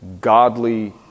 godly